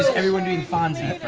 everyone's doing fonzie!